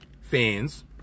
fans